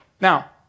Now